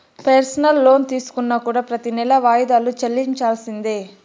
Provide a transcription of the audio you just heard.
personal loan తీసుకున్నా కూడా ప్రెతి నెలా వాయిదాలు చెల్లించాల్సిందే